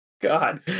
God